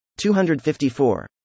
254